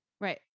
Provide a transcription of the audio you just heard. right